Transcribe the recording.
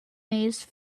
maze